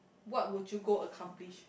what would you go accomplish